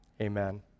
amen